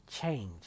Change